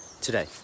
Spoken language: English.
today